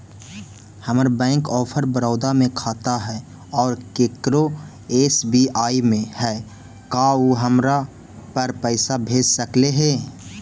हमर Bank of Baroda में खाता है और केकरो एस.बी.आई में है का उ हमरा पर पैसा भेज सकले हे?